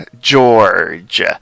George